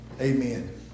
Amen